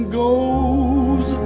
goes